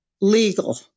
Legal